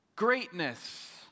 greatness